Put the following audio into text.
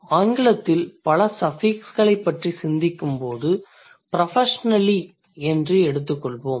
ஆங்கிலத்தில் பல சஃபிக்ஸ்களைப் பற்றி சிந்திக்கும்போது professionally என்பதை எடுத்துக்கொள்வோம்